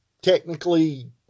technically